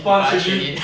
pass already